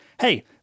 hey